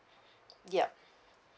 yup